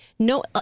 No